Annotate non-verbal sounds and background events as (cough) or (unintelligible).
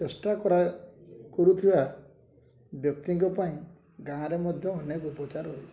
ଚେଷ୍ଟା (unintelligible) କରୁଥିବା ବ୍ୟକ୍ତିଙ୍କ ପାଇଁ ଗାଁରେ ମଧ୍ୟ ଅନେକ ଉପଚାର ରହିଛି